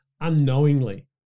unknowingly